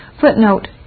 Footnote